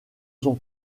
son